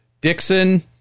Dixon